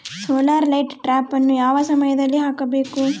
Solar light ಟ್ರಾಪನ್ನು ಯಾವ ಸಮಯದಲ್ಲಿ ಹಾಕಬೇಕು?